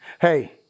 Hey